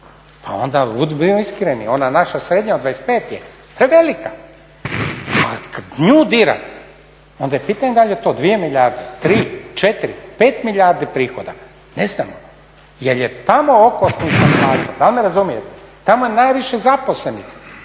Pa onda budimo iskreni, ona naša srednja od 25 je prevelika, a kad nju dirate onda je pitanje da li je to 2 milijarde, 3, 4, 5 milijardi prihoda, ne znamo jer je tamo okosnica …/Govornik se ne razumije./… da li me razumijete? Tamo je najviše zaposlenih